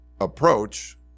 approach